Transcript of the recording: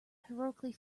heroically